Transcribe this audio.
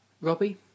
Robbie